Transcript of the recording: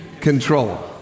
control